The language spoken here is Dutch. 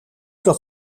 dat